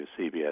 cbs